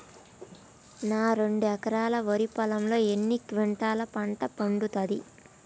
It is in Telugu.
నా రెండు ఎకరాల వరి పొలంలో ఎన్ని క్వింటాలా పంట పండుతది?